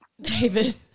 David